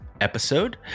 episode